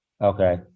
Okay